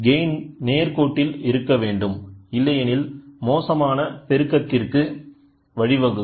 gain நேர்க்கோட்டில் இருக்கவேண்டும் இல்லையெனில் மோசமான பெருக்கத்திற்கு வழி வகுக்கும்